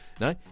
No